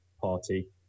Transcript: party